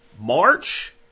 March